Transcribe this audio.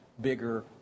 bigger